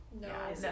No